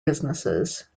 businesses